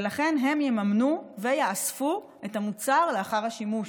ולכן הם יממנו ויאספו את המוצר לאחר השימוש.